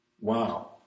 Wow